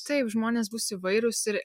taip žmonės bus įvairūs ir